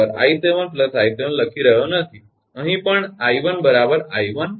પરંતુ હું 𝐼6 𝑖7 𝐼7 લખી રહ્યો નથી અહીં પણ 𝐼1 𝑖1 𝐼2